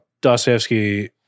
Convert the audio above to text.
Dostoevsky